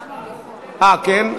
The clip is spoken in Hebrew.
אה, כן?